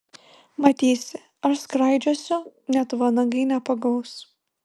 matysi aš skraidžiosiu net vanagai nepagaus